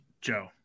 Joe